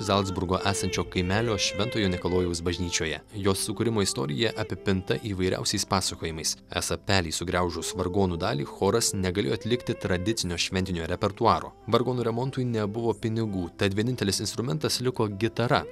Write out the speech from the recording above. zalcburgo esančio kaimelio šventojo nikalojaus bažnyčioje jos sukūrimo istorija apipinta įvairiausiais pasakojimais esą pelei sugraužus vargonų dalį choras negalėjo atlikti tradicinio šventinio repertuaro vargonų remontui nebuvo pinigų tad vienintelis instrumentas liko gitara